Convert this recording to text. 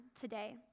today